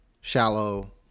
shallow